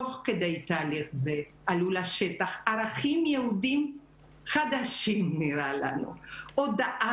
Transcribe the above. תוך כדי תהליך זה עלו לשטח ערכים יהודיים חדשים הודאה: